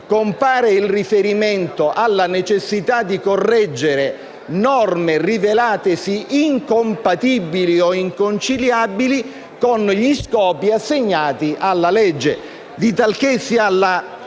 compare il riferimento alla necessità di correggere norme rivelatesi incompatibili o inconciliabili con gli scopi assegnati alla legge. Di talché si ha